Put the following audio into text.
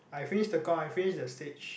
I finish Tekong I finish the stage